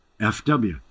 FW